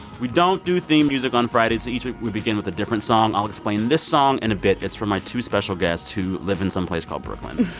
we don't do theme music on fridays, so each week we begin with a different song. i'll explain this song in a bit. it's for my two special guests who live in some place called brooklyn.